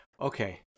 okay